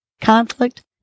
conflict